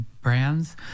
brands